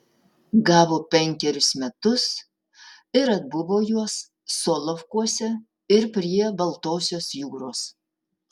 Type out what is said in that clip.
gavo penkerius metus ir atbuvo juos solovkuose ir prie baltosios jūros